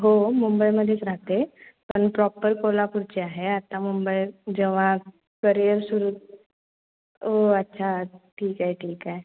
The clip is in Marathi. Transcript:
हो मुंबईमध्येच राहते पण प्रॉपर कोल्हापूरची आहे आता मुंबई जेव्हा करिअर सुरू ओ अच्छा ठीक आहे ठीक आहे